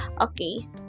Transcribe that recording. Okay